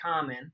common